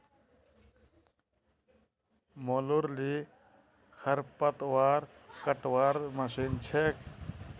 मोलूर ली खरपतवार कटवार मशीन छेक